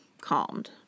Calmed